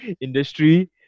industry